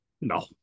No